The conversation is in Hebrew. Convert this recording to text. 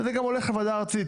וזה גם הולך לוועדה הארצית.